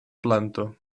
planto